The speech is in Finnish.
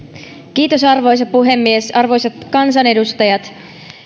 kiitos arvoisa puhemies arvoisat kansanedustajat